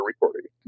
recording